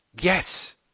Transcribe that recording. Yes